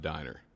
Diner